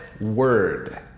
Word